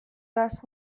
دست